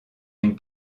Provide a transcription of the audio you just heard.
une